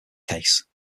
case